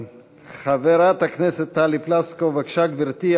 חברת הכנסת טלי פלוסקוב, בבקשה, גברתי.